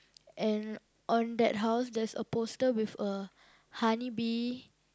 and on that house there's a poster with a honey bee